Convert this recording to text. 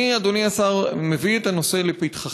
אני, אדוני השר, מביא את הנושא לפתחך.